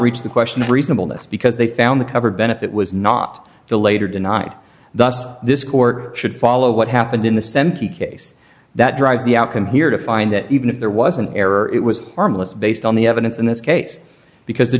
reach the question of reasonableness because they found the cover benefit was not the later denied thus this court should follow what happened in the seventy case that drive the outcome here to find that even if there was an error it was harmless based on the evidence in this case because the